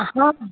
हा